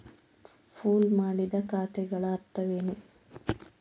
Pool ಮಾಡಿದ ಖಾತೆಗಳ ಅರ್ಥವೇನು?